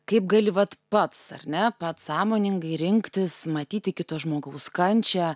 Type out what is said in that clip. kaip gali vat pats ar ne pats sąmoningai rinktis matyti kito žmogaus kančią